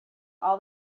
all